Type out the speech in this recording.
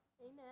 Amen